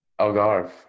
Algarve